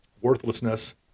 worthlessness